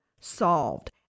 solved